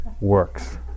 works